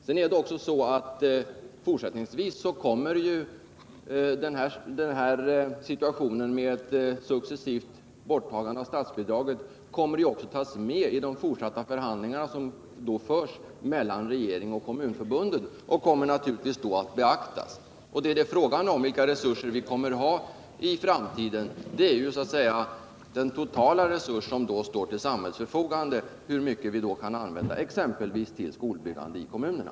Den här situationen med ett successivt borttagande av statsbidraget kommer att beaktas i de fortsatta förhandlingarna mellan regeringen och kommunförbunden. Frågan är vilka resurser vi kommer att ha i framtiden och hur stor del av de totala resurserna vi kan använda till skolbyggande i kommunerna.